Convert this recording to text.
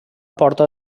porta